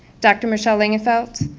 dr. michelle langenfeld,